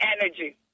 energy